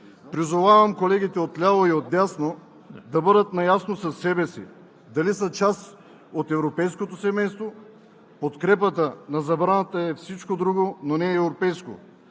Призовавам колегите отляво и отдясно да бъдат наясно със себе си дали са част от европейското семейство. Подкрепата на забраната е всичко друго, но не и европейско.